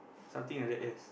something like that yes